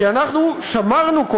כי אנחנו שמרנו,